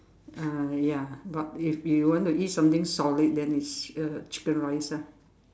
ah ya but if you want to eat something solid then it's uh chicken rice lah